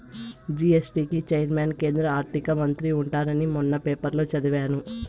GST కి chairman కేంద్ర ఆర్థిక మంత్రి ఉంటారని మొన్న పేపర్లో చదివాను